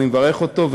ואני מברך אותו,